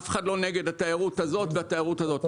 אף אחד לא נגד התיירות הזאת והתיירות הזאת.